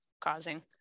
causing